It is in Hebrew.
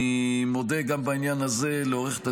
אני מודה בעניין הזה גם לעו"ד יוליס,